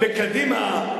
בקדימה,